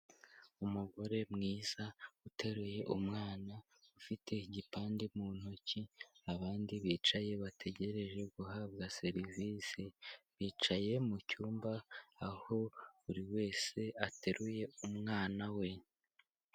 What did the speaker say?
Umugore mwiza uteruye umwana ufite igipande mu ntoki, abandi bicaye bategereje guhabwa serivisi, bicaye mu cyumba aho buri wese ateruye umwana we.